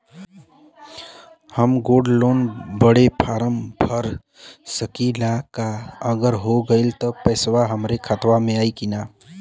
हम gold loan बड़े form भर सकी ला का अगर हो गैल त पेसवा हमरे खतवा में आई ना?